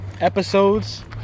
episodes